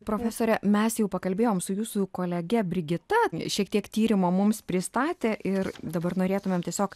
profesore mes jau pakalbėjom su jūsų kolege brigita šiek tiek tyrimą mums pristatė ir dabar norėtumėm tiesiog